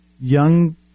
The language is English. young